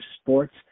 Sports